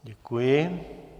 Děkuji.